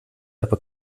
aber